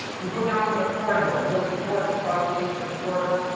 you go down the corridor, building four just off the infinite corridor,